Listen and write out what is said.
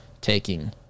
taking